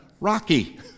rocky